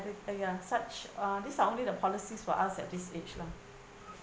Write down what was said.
ya such uh these are only policies for us at this age lah